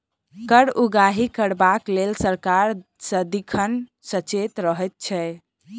कर उगाही करबाक लेल सरकार सदिखन सचेत रहैत छै